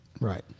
Right